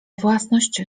własność